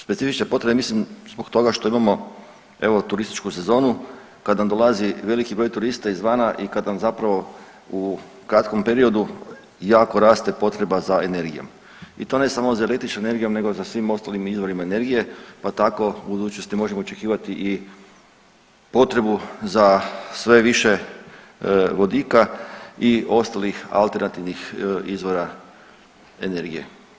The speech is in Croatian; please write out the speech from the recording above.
Specifične potrebe mislim zbog toga što imamo evo turističku sezonu, kad nam dolazi veliki broj turista izvana i kad nam zapravo u kratkom periodu jako raste potreba za energijom i to ne samo za električnu energijom nego za svim ostalim izvorima energije, pa tako u budućnosti možemo očekivati i potrebu za sve više vodika i ostalih alternativnih izvora energije.